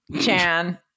Chan